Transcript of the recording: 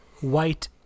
white